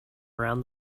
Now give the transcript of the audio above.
around